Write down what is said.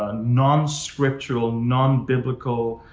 ah non scriptural, non biblical,